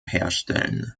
herstellen